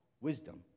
wisdom